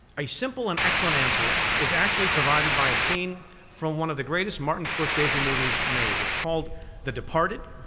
a simple and excellent answer is actually provided by a scene from one of the greatest martin scorsese movies made. it's called the departed.